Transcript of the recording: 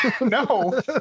No